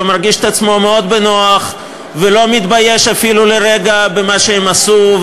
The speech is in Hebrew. מרגיש עצמו מאוד בנוח ולא מתבייש אפילו לרגע במה שהם עשו.